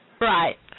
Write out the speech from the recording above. Right